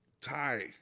tie